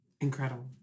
Incredible